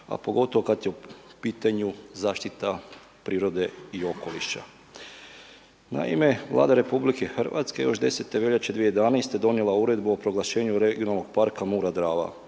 a pogotovo kad je u pitanju zaštita prirode i okoliša. Naime, Vlada RH još 10. veljače 2011. donijela Uredbu o proglašenju regionalnog parka Mura – Drava.